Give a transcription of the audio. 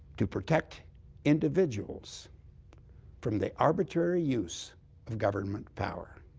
to protect individuals from the arbitrary use of government power.